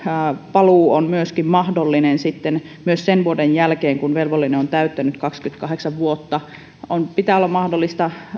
paluu on mahdollinen sitten myös sen vuoden jälkeen kun velvollinen on täyttänyt kaksikymmentäkahdeksan vuotta pitää olla mahdollista